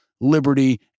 liberty